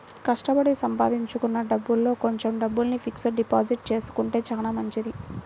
కష్టపడి సంపాదించుకున్న డబ్బుల్లో కొంచెం డబ్బుల్ని ఫిక్స్డ్ డిపాజిట్ చేసుకుంటే చానా మంచిది